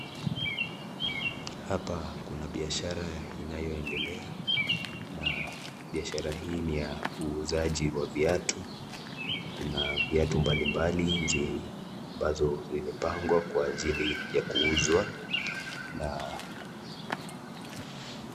Hapa kuna biashara inayoendelea na biashara hii ni uuzaji ya viatu, kuna viatu mbalimbali ambazo zimepangwa kwa ajili ya kuuzwa.